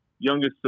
youngest